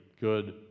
good